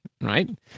right